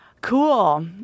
Cool